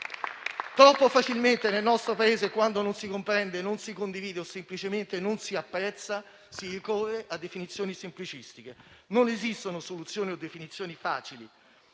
Troppo facilmente, nel nostro Paese, quando non si comprende, non si condivide o semplicemente non si apprezza, si ricorre a definizioni semplicistiche. Non esistono soluzioni o definizioni facili,